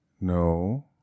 no